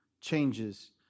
changes